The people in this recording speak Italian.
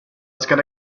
scheda